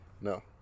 no